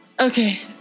Okay